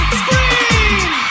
scream